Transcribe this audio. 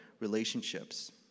relationships